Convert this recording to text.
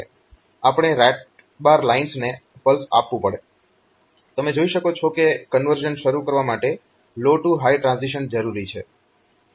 આપણે right bar લાઇન્સને pulse આપવું પડે તમે જોઈ શકો છો કે કન્વર્ઝન શરૂ કરવા માટે લો ટૂ હાય ટ્રાન્ઝીશન જરૂરી છે